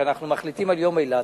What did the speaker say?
כשאנחנו מחליטים על יום אילת,